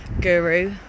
guru